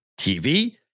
TV